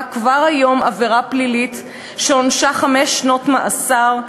כבר היום עבירה פלילית שעונשה חמש שנות מאסר,